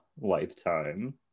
lifetime